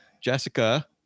Jessica